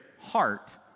heart